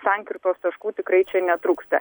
sankirtos taškų tikrai čia netrūksta